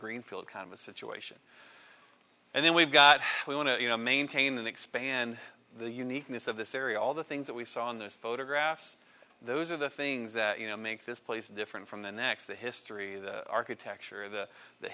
greenfield kind of a situation and then we've got we want to maintain and expand the uniqueness of this area all the things that we saw in this photographs those are the things that you know make this place different from the next the history the architecture the the